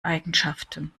eigenschaften